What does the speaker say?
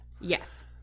Yes